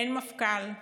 אין מפכ"ל,